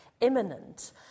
imminent